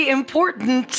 important